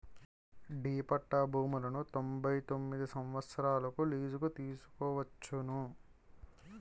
D పట్టా భూములను తొంభై తొమ్మిది సంవత్సరాలకు లీజుకు తీసుకోవచ్చును